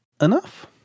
enough